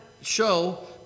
show